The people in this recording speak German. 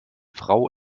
frau